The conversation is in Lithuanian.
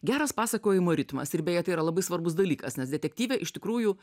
geras pasakojimo ritmas ir beje tai yra labai svarbus dalykas nes detektyve iš tikrųjų